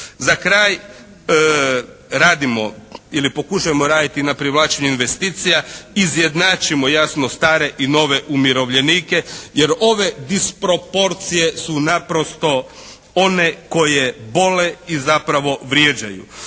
Za kraj radimo ili pokušajmo raditi na privlačenju investicija, izjednačimo jasno stare i nove umirovljenike. Jer ove disproporcije su naprosto one koje bole i zapravo vrijeđaju.